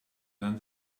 than